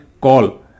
call